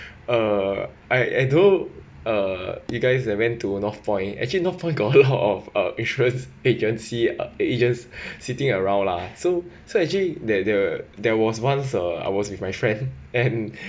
uh I I know uh you guys that went to northpoint actually northpoint got a lot of uh insurance agency ah agents sitting around lah so so actually that there there was once I was with my friend and